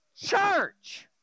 church